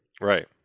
Right